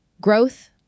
growth